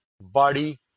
body